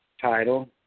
title